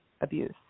abuse